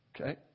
Okay